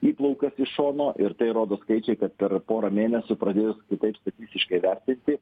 įplaukas iš šono ir tai rodo skaičiai kad per porą mėnesių pradėjus kitaip statistiškai vertinti